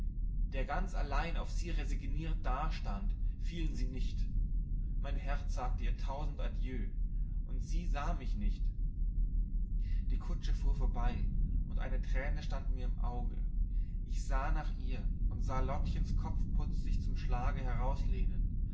der ganz allein auf sie resigniert dastand fielen sie nicht mein herz sagte ihr tausend adieu und sie sah mich nicht die kutsche fuhr vorbei und eine träne stand mir im auge ich sah ihr nach und sah lottens kopfputz sich zum